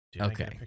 Okay